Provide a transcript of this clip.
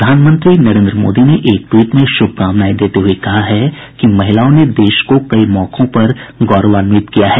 प्रधानमंत्री नरेन्द्र मोदी ने एक ट्वीट में शुभकामनाएं देते हुये कहा है कि महिलाओं ने देश को कई मौकों पर गौरवान्वित किया है